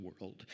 world